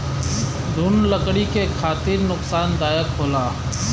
घुन लकड़ी के खातिर नुकसानदायक होला